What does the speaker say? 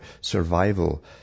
survival